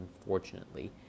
unfortunately